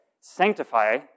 sanctify